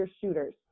shooters